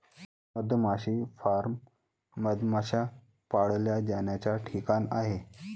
मधमाशी फार्म मधमाश्या पाळल्या जाण्याचा ठिकाण आहे